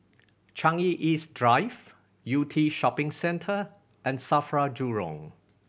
Changi East Drive Yew Tee Shopping Centre and SAFRA Jurong